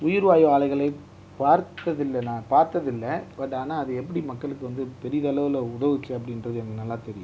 உயிர்வாயு ஆலைகளை பார்த்ததில்லை நான் பார்த்ததில்ல பட் ஆனால் அது எப்படி மக்களுக்கு வந்து பெரிதளவில் உதவுச்சு அப்படின்றது எனக்கு நல்லா தெரியும்